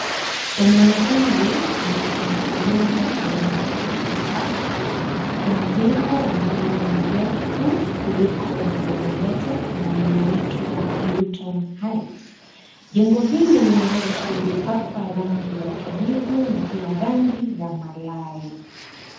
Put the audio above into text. Eneo hili lenye majengo aina ya gorofa. Kuna jengo ambalo ni refu kuliko majengo yote na linaitwa Luton Heights . Jengo hili limeweza kupakwa rangi ya kijivu na pia rangi ya malai.